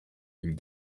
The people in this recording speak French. ils